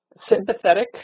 sympathetic